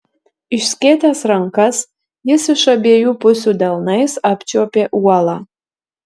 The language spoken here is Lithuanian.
išskėtęs rankas jis iš abiejų pusių delnais apčiuopė uolą